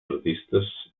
artistes